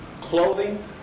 clothing